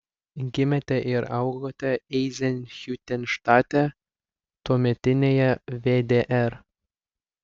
gimėte ir augote eizenhiutenštate tuometinėje vdr